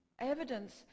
evidence